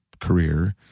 career